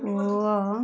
ପୁଅ